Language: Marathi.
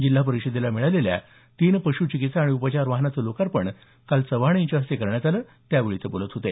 जिल्हा परिषदेला मिळालेल्या तीन पश् चिकित्सा आणि उपचार वाहनाचे लोकार्पण काल चव्हाण यांच्या हस्ते करण्यात आलं त्यावेळी ते बोलत होते